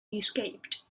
escaped